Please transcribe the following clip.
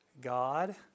God